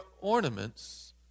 ornaments